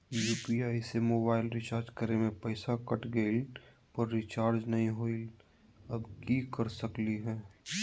UPI से mobile recharge करे में पैसा कट गेलई, पर रिचार्ज नई होलई, अब की कर सकली हई?